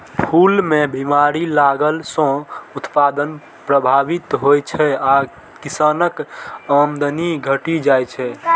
फूल मे बीमारी लगला सं उत्पादन प्रभावित होइ छै आ किसानक आमदनी घटि जाइ छै